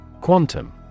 Quantum